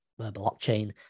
blockchain